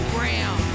Graham